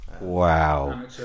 Wow